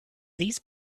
these